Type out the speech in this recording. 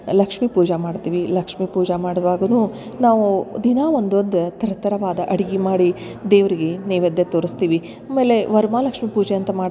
ಲಕ್ಷ್ಮಿ ಪೂಜ ಮಾಡ್ತೀವಿ ಲಕ್ಷ್ಮಿ ಪೂಜ ಮಾಡ್ವಾಗುನು ನಾವು ದಿನ ಒಂದು ಒಂದು ಥರ್ ಥರವಾದ ಅಡಿಗಿ ಮಾಡಿ ದೇವ್ರ್ಗೆ ನೈವೇದ್ಯ ತೋರ್ಸ್ತೀವಿ ಆಮೇಲೆ ವರಮಹಾಲಕ್ಷ್ಮೀ ಪೂಜೆ ಅಂತ ಮಾಡ್ತೀವಿ